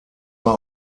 war